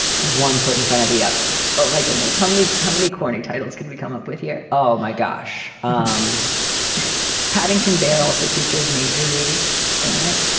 one foot in front of the other oh, my goodness, how many how many corny titles can we come up with here? oh, my gosh. um paddington bear also featured majorly in it,